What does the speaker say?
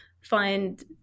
find